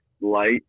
light